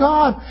God